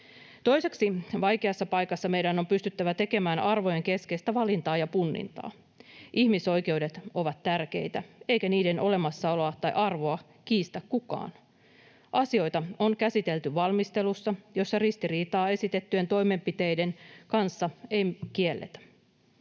Toiseksi vaikeassa paikassa meidän on pystyttävä tekemään arvojen keskeistä valintaa ja punnintaa. Ihmisoikeudet ovat tärkeitä, eikä niiden olemassaoloa tai arvoa kiistä kukaan. Asioita on käsitelty valmistelussa, jossa ristiriitaa esitettyjen toimenpiteiden kanssa ei kielletä.